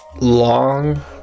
long